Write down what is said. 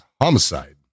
homicide